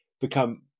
become